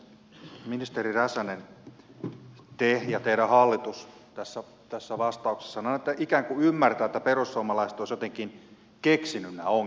ministeri räsänen te ja teidän hallituksenne tässä vastauksessanne annatte ikään kuin ymmärtää että perussuomalaiset olisivat jotenkin keksineet nämä ongelmat ihan itse